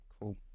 Cool